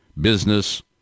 business